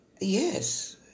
Yes